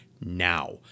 now